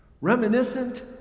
reminiscent